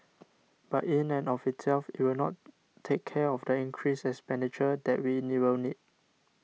but in and of itself it will not take care of the increased expenditure that we will need